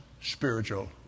spiritual